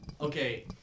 Okay